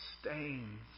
stains